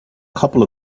couple